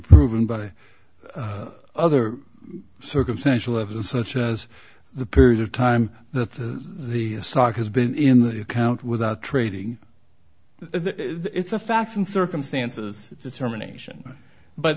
proven by other circumstantial evidence such as the period of time the the stock has been in the account without trading it's a facts and circumstances determination but